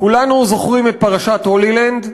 כולנו זוכרים את פרשת "הולילנד",